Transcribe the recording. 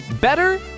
better